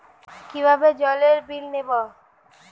কিভাবে জলের বিল দেবো?